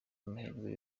amahirwe